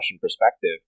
perspective